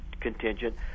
contingent